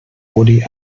woody